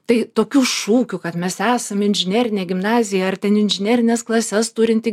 tai tokių šūkių kad mes esam inžinerinė gimnazija ar ten inžinerines klases turinti